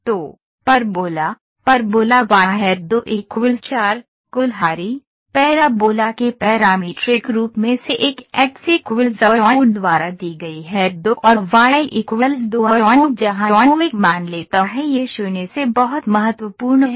तो parabola parabola y है2 4 कुल्हाड़ी पैराबोला के पैरामीट्रिक रूप में से एक x au द्वारा दी गई है2 और y 2 au जहां u एक मान लेता है यह 0 से बहुत महत्वपूर्ण है ∞